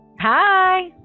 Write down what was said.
Hi